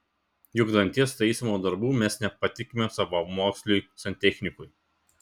juk danties taisymo darbų mes nepatikime savamoksliui santechnikui